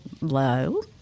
low